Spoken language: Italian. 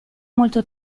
molto